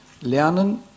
lernen